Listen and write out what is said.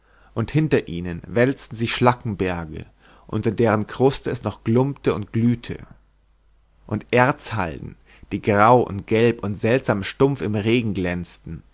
und hinter ihnen wälzten sich schlackenberge unter deren kruste es noch glummte und glühte und erzhalden die grau und gelb und seltsam stumpf im regen glänzten